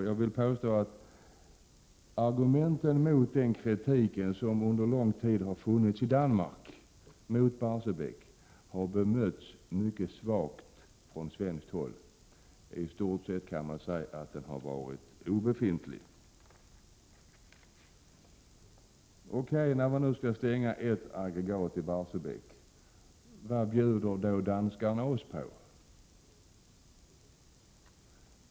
Jag vill påstå att den kritik mot Barsebäck som under lång tid har förts fram i Danmark har bemötts mycket svagt från svenskt håll. Man kan säga att argumenten från svenskt håll i stort sett har varit obefintliga. När nu ett aggregat skall tas ur drift i Barsebäck, vad bjuder då danskarna oss på?